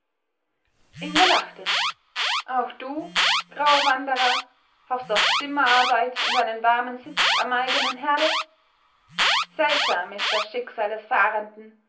ingo lachte auch du grauer wanderer hoffst auf zimmerarbeit und einen warmen sitz am eigenen herde seltsam ist das schicksal des fahrenden